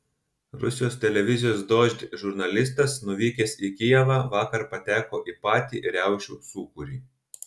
rusijos televizijos dožd žurnalistas nuvykęs į kijevą vakar pateko į patį riaušių sūkurį